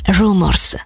rumors